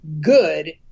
good